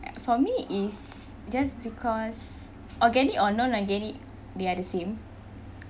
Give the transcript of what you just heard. for me is just because organic or non-organic they are the same